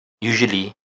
usually